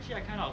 see I kind of